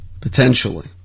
Potentially